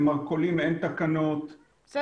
למרכולים אין תקנות,